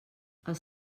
els